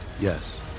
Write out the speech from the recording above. Yes